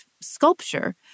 sculpture